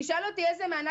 תשאל אותי מה,